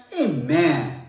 Amen